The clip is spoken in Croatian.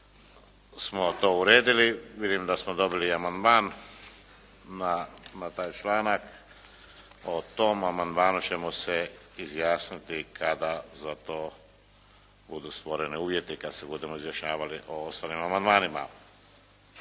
smo to uredili. Vidim da smo dobili i amandman na taj članak. O tom amandmanu ćemo se izjasniti kada za to budu stvoreni uvjeti, kada se budemo izjašnjavali o ostalim amandmanima.